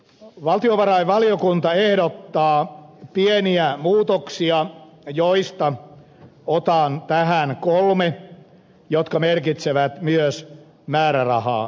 valtiovarainvaliokunta ehdottaa pieniä muutoksia joista otan tähän kolme jotka merkitsevät myös määrärahalisäyksiä